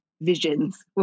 visions